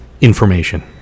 information